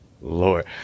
lord